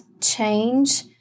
change